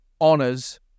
honors